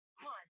One